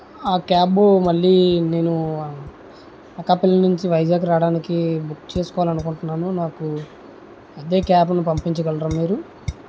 ఆ క్యాబ్ మళ్ళీ నేను అనకాపల్లి నుంచి వైజాగ్ రావడానికి బుక్ చేసుకోవాలనుకుంటున్నాను నాకు అదే క్యాబ్ని పంపించగలరా మీరు